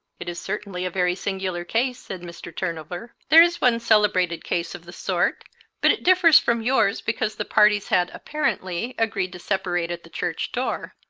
it is certainly a very singular case, said mr. turn over. there is one celebrated case of the sort but it differs from yours because the parties had, apparently, agreed to separate at the church door.